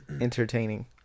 entertaining